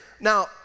Now